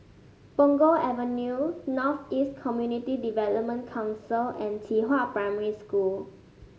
Punggol Avenue North East Community Development Council and Qihua Primary School